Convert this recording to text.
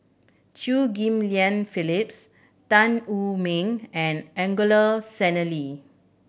Chew Ghim Lian Phyllis Tan Wu Meng and Angelo Sanelli